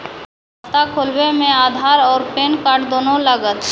खाता खोलबे मे आधार और पेन कार्ड दोनों लागत?